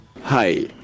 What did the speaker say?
Hi